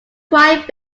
quite